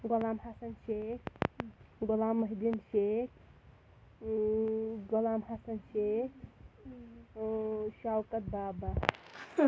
Ghulam Hassan Sheikh Ghulam Mohi Uddin Sheikh Ghulam Hassan Sheikh Showkat Baba